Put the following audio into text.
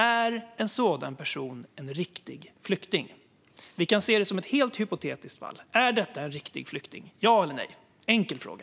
Är en sådan person en riktig flykting? Vi kan se det som ett helt hypotetiskt fall. Är detta en riktig flykting - ja eller nej? Det är en enkel fråga.